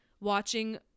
watching